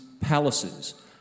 palaces